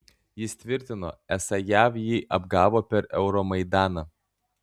jis tvirtino esą jav jį apgavo per euromaidaną